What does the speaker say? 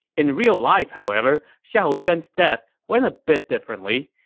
in real life, however, xiahou yuan's death went a bit differently.